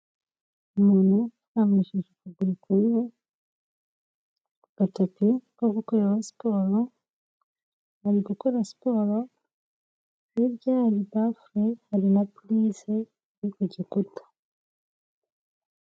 Umuntu utambikishije ukuguru kumwe ku gatapi ko gukoreraho siporo ari gukora siporo hirya ye hari bafure hari na purize yo kugikuta.